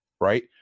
right